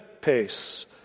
pace